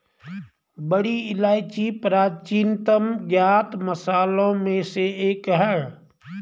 बड़ी इलायची प्राचीनतम ज्ञात मसालों में से एक है